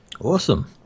Awesome